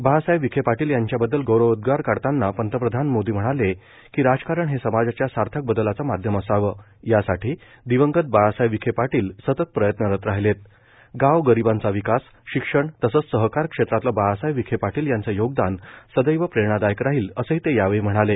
बाळासाहेब विखे पाटील यांच्याबद्दल गौरवोदगार काढतांना पंतप्रधान मोदी म्हणाले की राजकारण हे समाजाच्या सार्थक बदलाचं माध्यम असावं यासाठी दिवंगत बाळासाहेब विखे पाटील सतत प्रयत्नरत राहिलेत गाव गरीबांचा विकास शिक्षण तसंच सहकार क्षेत्रातलं बाळासाहेब विखे पाटील यांचं योगदान सदैव प्रेरणादायक राहील असंही ते यावेळी म्हणाले